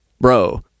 bro